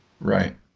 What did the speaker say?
Right